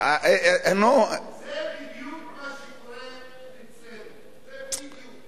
זה בדיוק מה שקורה אצלנו, זה בדיוק.